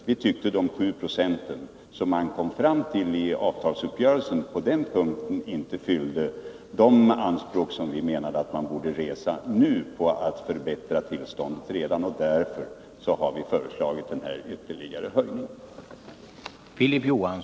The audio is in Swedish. Vi anser att med den avgift på 7 20 som man kom fram till i avtalsuppgörelsen når vi inte den effekt vi avsåg i vår motion. Därför har vi föreslagit denna ytterligare höjning.